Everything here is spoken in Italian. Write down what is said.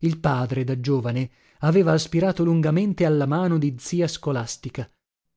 il padre da giovane aveva aspirato lungamente alla mano di zia scolastica